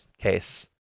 case